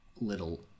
little